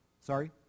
Sorry